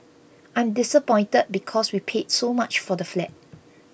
I'm disappointed because we paid so much for the flat